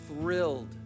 thrilled